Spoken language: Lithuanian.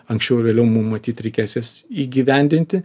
anksčiau ar vėliau mum matyt reikės jas įgyvendinti